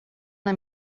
una